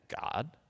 God